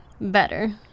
better